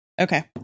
Okay